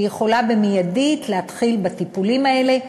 והיא יכולה להתחיל מיידית בטיפולים האלה,